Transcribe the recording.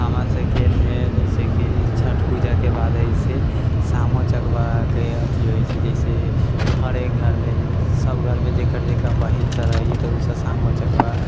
हमरा सभकेमे जैसे कि छठ पूजाके बाद होइ छै सामा चकेबाके अथि होइ छै जैसे हरेक घरमे सभ घरमे जकर जकर बहीन सभ रहै छै तऽ उसभ सामा चकेबा